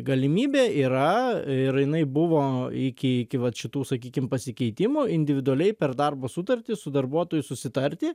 galimybė yra ir jinai buvo iki iki vat šitų sakykim pasikeitimų individualiai per darbo sutartį su darbuotoju susitarti